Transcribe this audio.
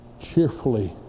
cheerfully